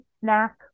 snack